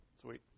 Sweet